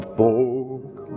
folk